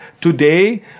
today